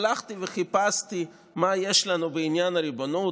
הלכתי וחיפשתי מה יש לנו בעניין הריבונות,